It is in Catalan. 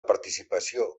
participació